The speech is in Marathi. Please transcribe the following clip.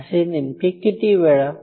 असे नेमके किती वेळा